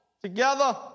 together